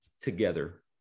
together